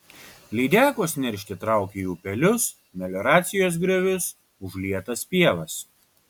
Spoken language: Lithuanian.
lydekos neršti traukia į upelius melioracijos griovius užlietas pievas